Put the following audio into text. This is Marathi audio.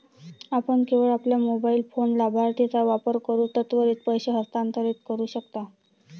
आपण केवळ आपल्या मोबाइल फोन लाभार्थीचा वापर करून त्वरित पैसे हस्तांतरित करू शकता